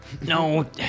No